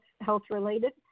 health-related